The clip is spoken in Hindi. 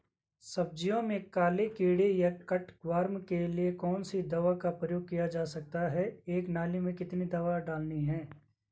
सब्जियों में काले कीड़े या कट वार्म के लिए कौन सी दवा का प्रयोग किया जा सकता है एक नाली में कितनी दवा डालनी है?